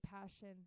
Passion